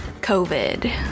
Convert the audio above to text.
COVID